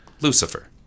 Lucifer